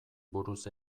buruz